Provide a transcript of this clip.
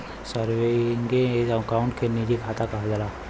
सेवींगे account के निजी खाता कहल जाला